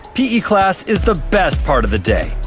p e. class is the best part of the day.